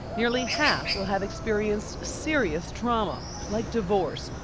nearly half will have experienced serious trauma, like divorce,